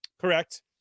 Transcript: Correct